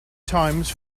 times